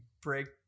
break